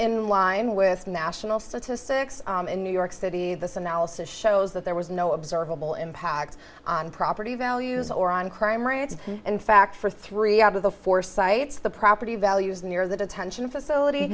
in line with national statistics in new york city this analysis shows that there was no observable impact on property values or on crime rates in fact for three out of the four sites the property values near the detention facility